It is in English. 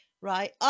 Right